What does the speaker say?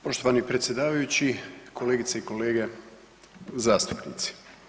Poštovani predsjedavajući, kolegice i kolege zastupnici.